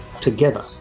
together